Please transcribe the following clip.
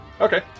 Okay